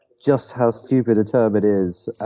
just how stupid a term it is, and